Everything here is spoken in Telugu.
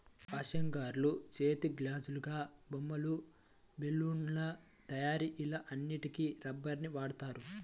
వాషర్లుగా, చేతిగ్లాసులాగా, బొమ్మలు, బెలూన్ల తయారీ ఇలా అన్నిటికి రబ్బరుని వాడుతారు